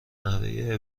نحوه